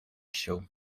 się